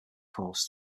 course